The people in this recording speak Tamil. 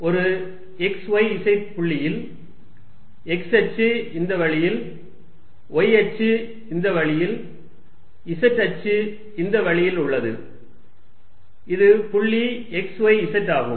ஒரு x y z புள்ளியில் x அச்சு இந்த வழியில் y அச்சு இந்த வழியில் z அச்சு இந்த வழியில் உள்ளது இது புள்ளி x y z ஆகும்